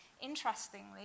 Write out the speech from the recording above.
Interestingly